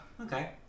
okay